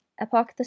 Epoch